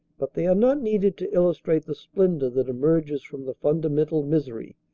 but they are not needed to illustrate the splendor that emerges from the fundamental misery,